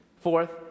Fourth